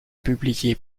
publié